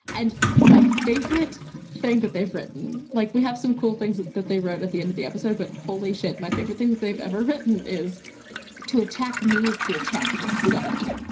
and my favorite thing that they've written, like we have some cool things that that they wrote at the end of the episode, but holy shit, my favorite thing that they've ever written is to attack me is to attack the sun.